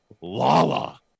Lala